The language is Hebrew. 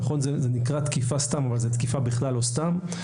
נכון שזה נקרא תקיפה סתם אבל זו תקיפה בכלל לא סתם,